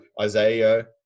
Isaiah